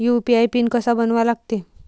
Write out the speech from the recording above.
UPI PIN कसा बनवा लागते?